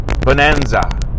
Bonanza